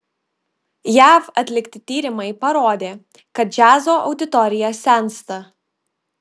jav atlikti tyrimai parodė kad džiazo auditorija sensta